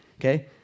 okay